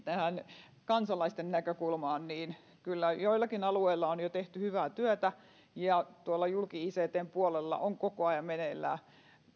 tähän kansalaisten näkökulmaan kyllä joillakin alueilla on jo tehty hyvää työtä ja tuolla julkictn puolella on koko ajan meneillään